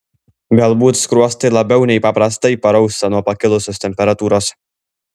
galbūt skruostai labiau nei paprastai parausta nuo pakilusios temperatūros